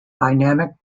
dynamic